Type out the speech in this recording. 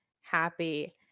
happy